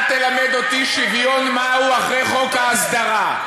אל תלמד אותי שוויון מהו אחרי חוק ההסדרה.